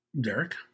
Derek